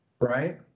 Right